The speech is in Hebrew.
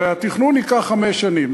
הרי התכנון ייקח חמש שנים,